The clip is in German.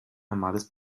normales